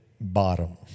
bottom